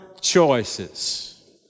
choices